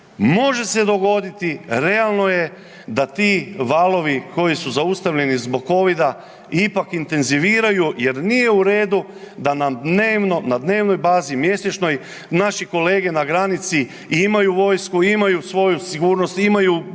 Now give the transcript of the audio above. Može se dogoditi realno je da ti valovi koji su zaustavljeni zbog Covid-a ipak intenziviraju jer nije u redu da nam dnevno, na dnevnoj bazi mjesečnoj naši kolege na granici imaju vojsku, imaju svoju sigurnost, imaju prepreke,